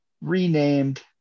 renamed